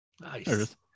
Nice